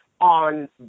on